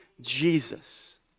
Jesus